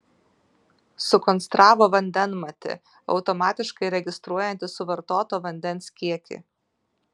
sukonstravo vandenmatį automatiškai registruojantį suvartoto vandens kiekį